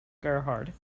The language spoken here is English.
gerhard